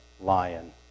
lion